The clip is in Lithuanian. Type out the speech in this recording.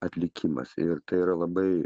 atlikimas ir tai yra labai